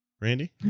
randy